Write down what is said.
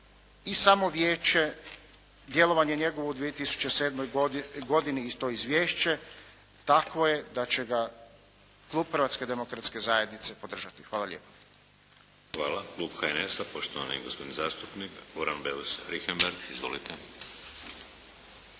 i samo vijeće, djelovanje njegovo u 2007. godine i to izvješće, takvo je da će ga klub Hrvatske demokratske zajednice podržati. Hvala lijepo. **Šeks, Vladimir (HDZ)** Hvala. Klub HNS-a, poštovani gospodin zastupnik Goran beus Richembergh. Izvolite.